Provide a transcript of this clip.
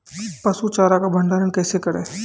पसु चारा का भंडारण कैसे करें?